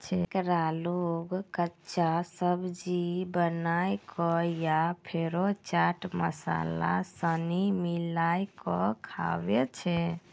एकरा लोग कच्चा, सब्जी बनाए कय या फेरो चाट मसाला सनी मिलाकय खाबै छै